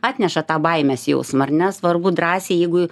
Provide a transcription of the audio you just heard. atneša tą baimės jausmą ar ne svarbu drąsiai jeigu